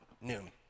noon